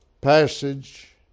passage